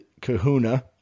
Kahuna